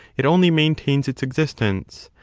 it only main tains its existence.